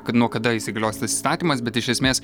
kad nuo kada įsigalios tas įstatymas bet iš esmės